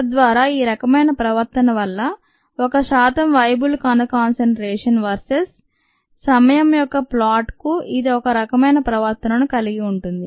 తద్వారా ఈ రకమైన ప్రవర్తన వల్ల ఒక శాతం వయబుల్ కణ కాన్సంట్రేషన్ వర్సెస్ సమయం యొక్క ప్లాట్ కు ఇది ఒక రకమైన ప్రవర్తనను కలిగి ఉంటుంది